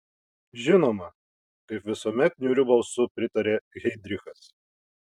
žinoma kaip visuomet niūriu balsu pritarė heidrichas